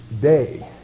day